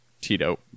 tito